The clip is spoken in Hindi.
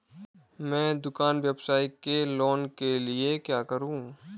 मैं दुकान व्यवसाय के लिए लोंन लेने के लिए क्या करूं?